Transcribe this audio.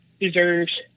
deserves